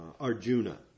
Arjuna